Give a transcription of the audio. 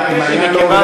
אם העניין לא עובר